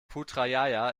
putrajaya